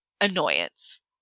annoyance